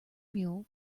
mule